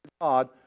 God